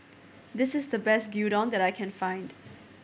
this is the best Gyudon that I can find